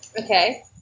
Okay